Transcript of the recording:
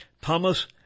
Thomas